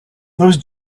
those